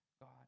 God